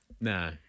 No